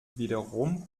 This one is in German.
wiederum